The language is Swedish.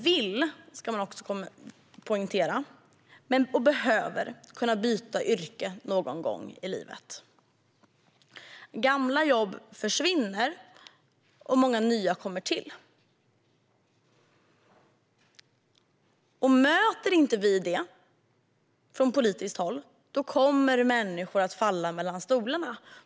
Det ska också poängteras att många både vill och behöver kunna byta yrke någon i livet. Gamla jobb försvinner, och många nya kommer till. Möter vi inte det från politiskt håll kommer människor att falla mellan stolarna.